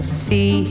see